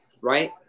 right